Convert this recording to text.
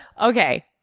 okay.